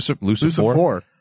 Lucifer